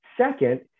Second